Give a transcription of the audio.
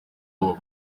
ubu